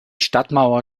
stadtmauer